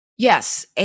Yes